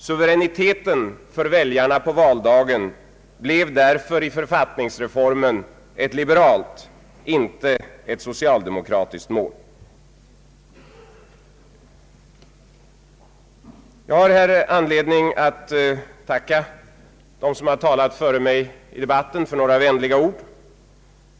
Suveräniteten för väljarna på valdagen blev därför i författningsreformen ett liberalt, inte ett socialdemokratiskt mål. Jag har anledning att tacka dem som talat före mig i debatten för några vänliga ord.